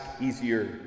easier